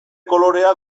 kolorea